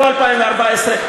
לא 2014,